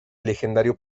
legendario